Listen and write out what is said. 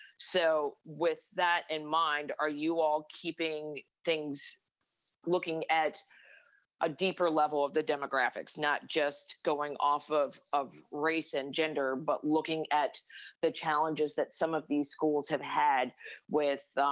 so with that in mind, are you all keeping things looking at a deeper level of the demographics, not just going off of of race and gender, but looking at the challenges that some of these schools have had with